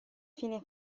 fine